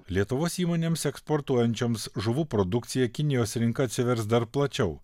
lietuvos įmonėms eksportuojančioms žuvų produkciją kinijos rinka atsivers dar plačiau